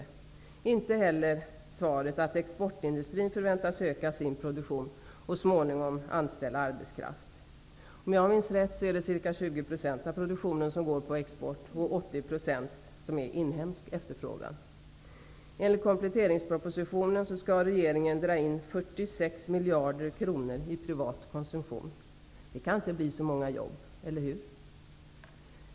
Det räcker inte heller med svaret att exportindustrin förväntas öka sin produktion och så småningom anställa arbetskraft. Om jag minns rätt, går ca 20 % av produktionen på export, och 80 % är inhemsk efterfrågan. Enligt kompletteringspropositionen skall regeringen dra in 46 miljarder kronor i privat konsumtion. Det kan inte bli så många jobb -- eller hur?